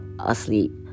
asleep